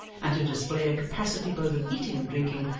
and to display a capacity both of eating and drinking,